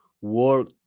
work